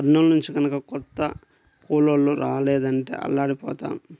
కర్నూలు నుంచి గనక కొత్త కూలోళ్ళు రాలేదంటే అల్లాడిపోతాం